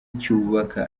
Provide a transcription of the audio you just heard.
cyubaka